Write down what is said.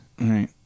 Right